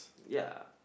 ya